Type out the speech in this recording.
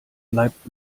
bleibt